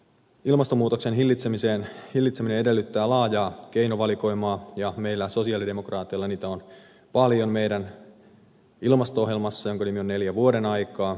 ilmastonmuutoksen hillitseminen edellyttää laajaa keinovalikoimaa ja meillä sosialidemokraateilla niitä on paljon meidän ilmasto ohjelmassamme jonka nimi on neljä vuodenaikaa